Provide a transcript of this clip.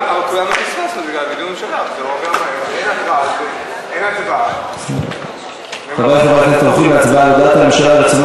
אנחנו נעבור להודעת הממשלה הבאה: הודעת הממשלה על רצונה